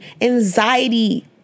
anxiety